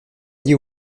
lié